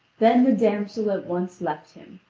then the damsel at once left him,